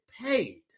paid